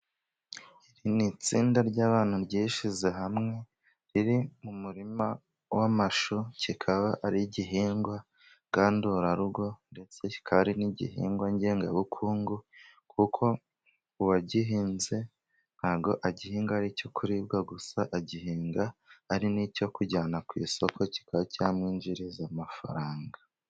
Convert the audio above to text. Iri ni itsinda ry'abantu ryishyize hamwe. Riri mu murima w'amashu, kikaba ari igihingwa ngandurarugo ndetse kikaba ari n'igihingwa ngengabukungu, kuko uwagihinze ntabwo agihinga ari icyo kuribwa gusa, agihinga ari n'icyo kujyana ku isoko kikaba cyamwinjiriza amafaranga.